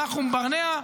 נחום ברנע,